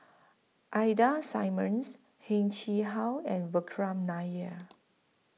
Ida Simmons Heng Chee How and Vikram Nair